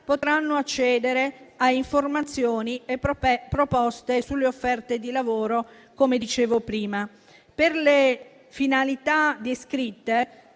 potranno accedere a informazioni e proposte sulle offerte di lavoro, come dicevo prima. Per le finalità descritte,